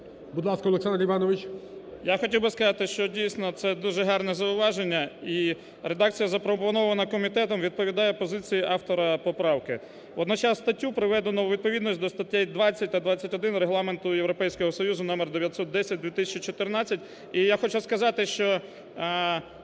Я хотів би сказати, що дійсно, це дуже гарне зауваження і редакція запропонована комітетом відповідає позиції автора поправки, водночас статтю приведено у відповідність до статей 20 та 21 Регламенту Європейського Союзу № 910/2014. І я хочу сказати, що